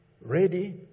Ready